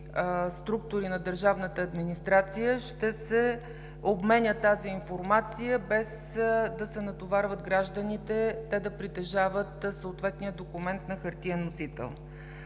структури на държавната администрация, ще се обменя, без да се натоварват гражданите, за да притежават съответния документ на хартиен носител.